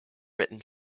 written